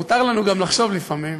מותר לנו גם לחשוב לפעמים,